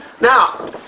Now